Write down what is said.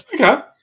Okay